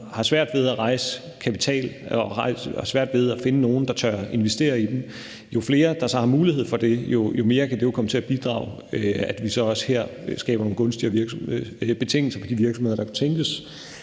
har svært ved at rejse kapital og har svært ved at finde nogle, der tør investere i dem, kan man jo sige, at jo flere der så har mulighed for det, jo mere kan det jo komme til at bidrage til, at vi så også her skaber nogle gunstigere betingelser for de virksomheder, der kunne tænkes